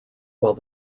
while